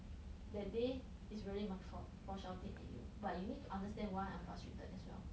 that day is really my fault for shouting at you but you need to understand why I'm frustrated as well